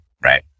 Right